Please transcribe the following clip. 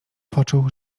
poczuł